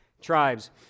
Tribes